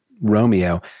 Romeo